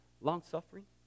long-suffering